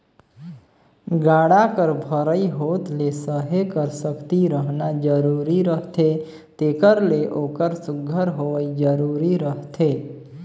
गाड़ा कर भरई होत ले सहे कर सकती रहना जरूरी रहथे तेकर ले ओकर सुग्घर होवई जरूरी रहथे